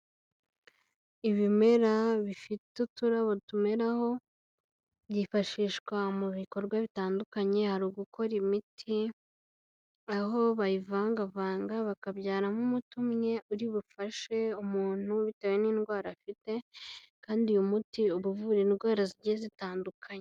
Ibimera bifite uturabo tumeraho, byifashishwa mu bikorwa bitandukanye hari ugukora imiti aho bayivangavanga bakabyara nk'umuti umwe uri bufashe umuntu bitewe n'indwara afite, kandi uyu muti uba uvura indwara zigiye zitandukanye.